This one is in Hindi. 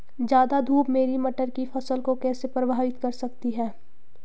ज़्यादा धूप मेरी मटर की फसल को कैसे प्रभावित कर सकती है?